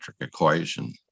equation